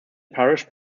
parish